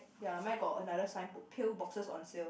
ya mine got another signboard pill boxes on sale